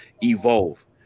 evolve